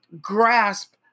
grasp